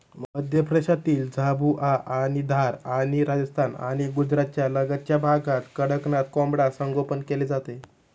मध्य प्रदेशातील झाबुआ आणि धार आणि राजस्थान आणि गुजरातच्या लगतच्या भागात कडकनाथ कोंबडा संगोपन केले जाते